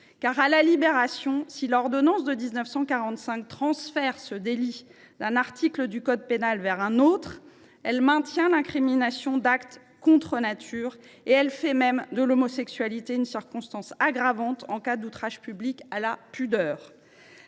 Car, à la Libération, si l’ordonnance du 8 février 1945 transfère ce délit d’un article du code pénal à un autre, elle maintient explicitement l’incrimination d’actes « contre nature » et fait même de l’homosexualité une circonstance aggravante en cas d’outrage public à la pudeur.